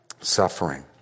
suffering